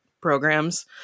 programs